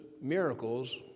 miracles